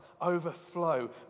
overflow